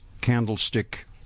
candlestick